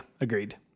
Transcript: Agreed